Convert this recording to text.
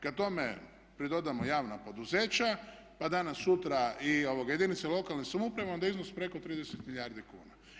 Kada tome pridodamo javna poduzeća pa danas sutra i jedinice lokalne samouprave onda je iznos preko 30 milijardi kuna.